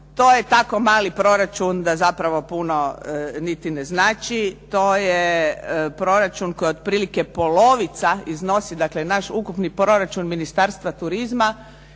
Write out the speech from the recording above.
to je tako mali proračun da zapravo puno niti ne znači. To je proračun koji otprilike polovica iznosi, dakle naš ukupni proračun Ministarstva turizma